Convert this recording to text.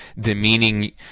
demeaning